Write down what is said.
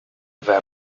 them